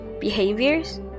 behaviors